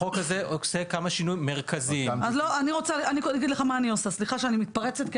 החוק הזה עושה כמה שינויים מרכזיים --- סליחה שאני מתפרצת.